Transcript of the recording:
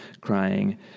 crying